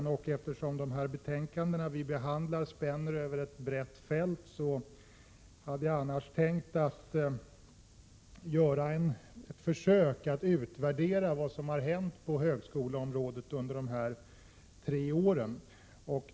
Därför, och eftersom de betänkanden vi behandlar spänner över ett brett fält, hade jag tänkt att göra ett försök att utvärdera vad som har hänt på högskoleområdet under dessa tre år.